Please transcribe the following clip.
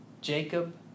Jacob